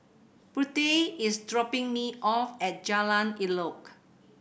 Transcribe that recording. Prudie is dropping me off at Jalan Elok